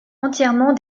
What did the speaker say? entièrement